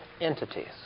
entities